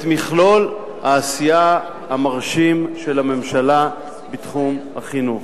את מכלול העשייה המרשים של הממשלה בתחום החינוך.